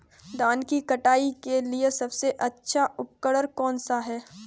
धान की कटाई के लिए सबसे अच्छा उपकरण कौन सा है?